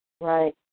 Right